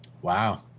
Wow